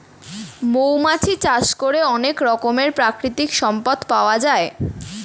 মৌমাছি চাষ করে অনেক রকমের প্রাকৃতিক সম্পদ পাওয়া যায়